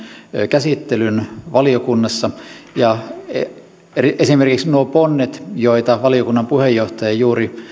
käsittelyn valiokunnassa ja esimerkiksi nuo ponnet joita valiokunnan puheenjohtaja juuri